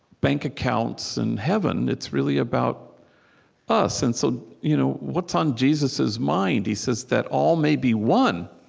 bank accounts and heaven, it's really about us. and so you know what's on jesus's mind? he says that all may be one.